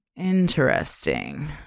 interesting